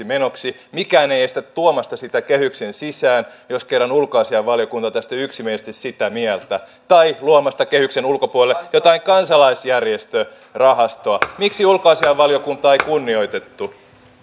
menoksi mikään ei estä tuomasta sitä kehyksen sisään jos kerran ulkoasiainvaliokunta on tästä yksimielisesti sitä mieltä tai luomasta kehyksen ulkopuolelle jotain kansalaisjärjestörahastoa miksi ulkoasiainvaliokuntaa ei kunnioitettu